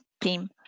team